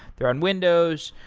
they're on windows.